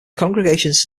congregations